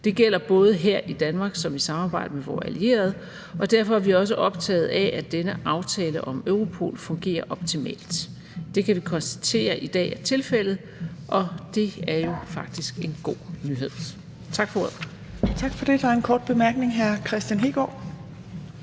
Det gælder såvel her i Danmark som i samarbejdet med vore allierede, og derfor er vi også optaget af, at denne aftale om Europol fungerer optimalt. Det kan vi konstatere i dag er tilfældet, og det er jo faktisk en god nyhed. Tak for ordet. Kl. 17:49 Fjerde næstformand